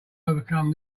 overcome